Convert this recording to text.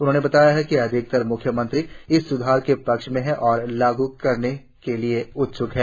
उन्होंने बताया कि अधिकतर म्ख्यमंत्री इस स्धार के पक्ष में हैं और लागू करने के लिए उत्स्क हैं